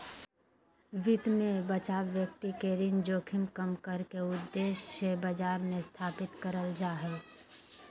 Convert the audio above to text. वित्त मे बचाव व्यक्ति के ऋण जोखिम कम करे के उद्देश्य से बाजार मे स्थापित करल जा हय